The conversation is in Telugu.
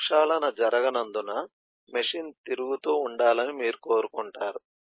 ప్రక్షాళన జరగనందున మెషీన్ తిరుగుతూ ఉండాలని మీరు కోరుకోరు